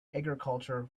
agriculture